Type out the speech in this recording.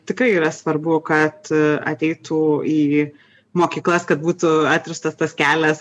tikrai yra svarbu kad ateitų į mokyklas kad būtų atrastas tas kelias